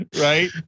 right